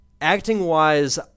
Acting-wise